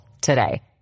today